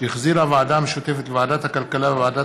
שהחזירה הוועדה המשותפת לוועדת הכלכלה ולוועדת